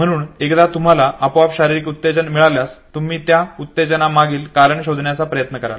म्हणून एकदा तुम्हाला अपोआप शारीरिक उत्तेजन मिळाल्यास तुम्ही त्या उत्तेजनेमागील कारण शोधण्याचा प्रयत्न कराल